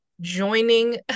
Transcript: joining